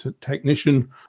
technician